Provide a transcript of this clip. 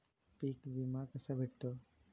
पीक विमा कसा भेटतो?